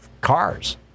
cars